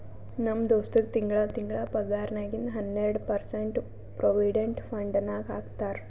ನಮ್ ದೋಸ್ತಗ್ ತಿಂಗಳಾ ತಿಂಗಳಾ ಪಗಾರ್ನಾಗಿಂದ್ ಹನ್ನೆರ್ಡ ಪರ್ಸೆಂಟ್ ಪ್ರೊವಿಡೆಂಟ್ ಫಂಡ್ ನಾಗ್ ಹಾಕ್ತಾರ್